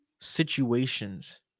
situations